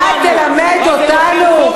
אתה תלמד אותנו?